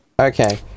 Okay